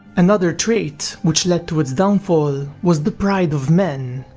another trait which led to it downfall, was the pride of men,